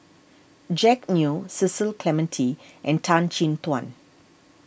Jack Neo Cecil Clementi and Tan Chin Tuan